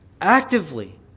actively